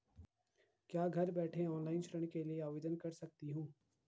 क्या मैं घर बैठे ऑनलाइन ऋण के लिए आवेदन कर सकती हूँ?